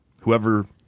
whoever